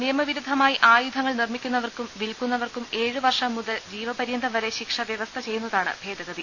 നിയമവിരുദ്ധമായി ആയുധങ്ങൾ നിർമിക്കുന്നവർക്കും വിൽക്കു ന്നവർക്കും ഏഴ് വർഷം മുതൽ ജീവപര്യന്തം വരെ ശിക്ഷ വ്യവസ്ഥ ചെയ്യുന്നതാണ് ഭേദഗതി